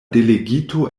delegito